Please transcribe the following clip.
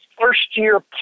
first-year